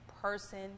person